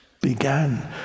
began